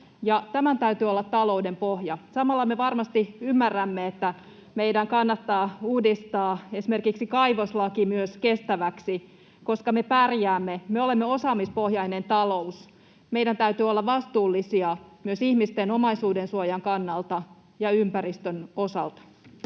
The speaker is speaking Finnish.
tämän täytyy olla talouden pohja. Samalla me varmasti ymmärrämme, että meidän kannattaa uudistaa esimerkiksi kaivoslaki myös kestäväksi, koska me pärjäämme, me olemme osaamispohjainen talous. Meidän täytyy olla vastuullisia myös ihmisten omaisuudensuojan kannalta ja ympäristön osalta.